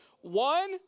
One